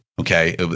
okay